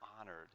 honored